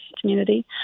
community